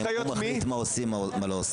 הוא מחליט מה עושים ומה לא עושים.